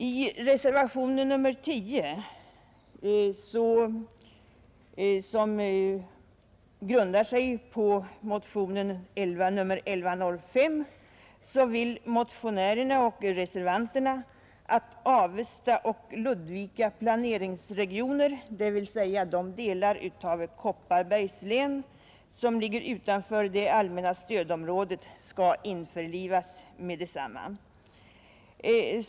I reservationen 10, som grundar sig på motion nr 1105, föreslås att Avesta och Ludvika planeringsregioner, dvs. de delar av Kopparbergs län som ligger utanför det allmänna stödområdet, skall införlivas med detsamma.